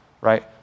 right